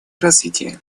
развития